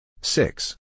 six